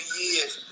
years